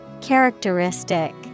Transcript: Characteristic